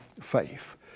faith